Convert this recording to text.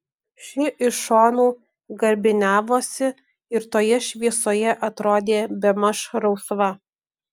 ši iš šonų garbiniavosi ir toje šviesoje atrodė bemaž rausva